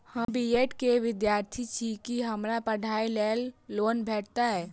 हम B Ed केँ विद्यार्थी छी, की हमरा पढ़ाई लेल लोन भेटतय?